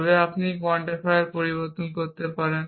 তবে আপনি কোয়ান্টিফায়ারগুলি পরিবর্তন করতে পারেন